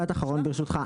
משפט אחרון ברשותך,